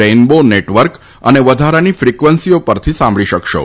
rainbow network અને વધારાની ફિકવન્સીઓ પરથી સાંભળી શકશો